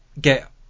get